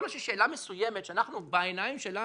יכול להיות ששאלה מסוימת, שאנחנו, בעיניים שלנו,